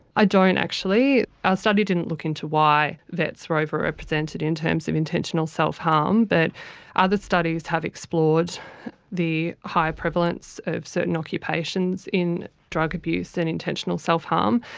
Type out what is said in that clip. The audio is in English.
i don't actually. our study didn't look into why vets were overrepresented in terms of intentional self-harm. but other studies have explored the higher prevalence of certain occupations in drug abuse and intentional self-harm,